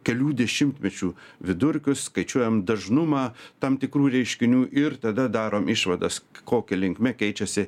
kelių dešimtmečių vidurkius skaičiuojam dažnumą tam tikrų reiškinių ir tada darom išvadas kokia linkme keičiasi